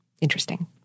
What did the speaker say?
Interesting